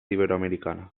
iberoamericana